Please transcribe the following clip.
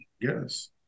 yes